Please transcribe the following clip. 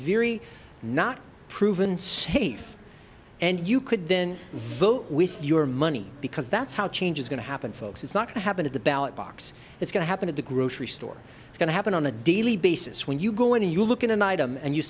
very not proven safe and you could then vote with your money because that's how change is going to happen folks it's not to happen at the ballot box it's going to happen at the grocery store it's going to happen on a daily basis when you go and you look in an item and you